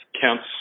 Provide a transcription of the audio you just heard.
counts